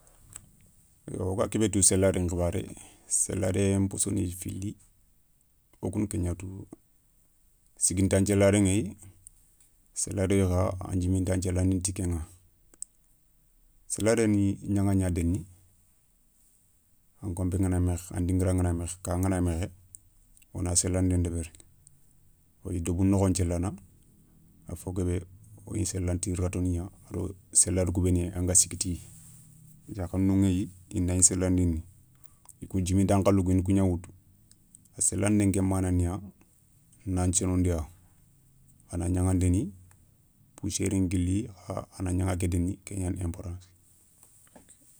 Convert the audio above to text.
Yo woga kébé tou séladé nkhibaré, séladé nposso ni fili, wo kouna ké gna tou sigintan thiélade ηéyi, séladé yogo kha a ndjiminta nthiélandini ti kéηa, séladé ni gnaηa gna déné, an konpé ngana mékhé, an diguira ngana mékhé ka ngana mékhé, wona sélandé ndébéri, woyi débou nokhon thiélana, a fo guébé wona sélana ti rateau ni gna a do séladou kou bénou anga sikki tiya. Yakhanou ηéyi inda gni sélandini i kou djiminta nkhalou kou i na kou gna woutou, sélandén ké mana niya, na nthionondiya, a na gnaηa ndéni poussiéri nguili kha a na gnaηa ké déni ké gnani importance.